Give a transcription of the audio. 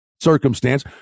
circumstance –